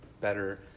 better